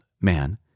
man